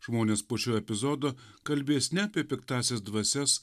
žmonės po šio epizodo kalbės ne apie piktąsias dvasias